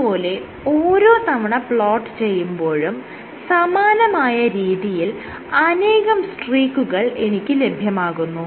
ഇതുപോലെ ഓരോ തവണ പ്ലോട്ട് ചെയ്യുമ്പോഴും സമാനമായ രീതിയിൽ അനേകം സ്ട്രീക്കുകൾ എനിക്ക് ലഭ്യമാകുന്നു